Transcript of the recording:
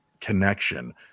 connection